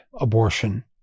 abortion